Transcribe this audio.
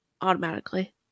automatically